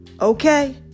Okay